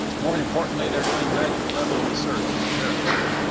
more importantly they're doing graduate level research in the territory.